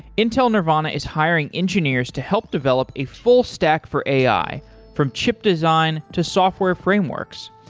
intel nervana is hiring engineers to help develop a full stack for ai from chip design to software frameworks.